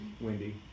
Wendy